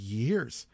years